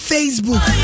Facebook